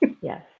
Yes